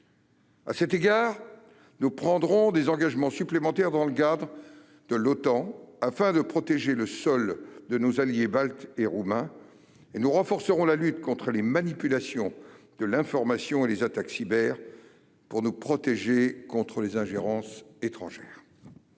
À cet égard, nous prendrons des engagements supplémentaires dans le cadre de l'OTAN afin de protéger le sol de nos alliés baltes et roumains et nous renforcerons la lutte contre les manipulations de l'information et les attaques cyber pour nous protéger contre les ingérences étrangères.